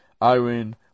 iron